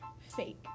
fake